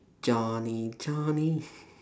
johnny johnny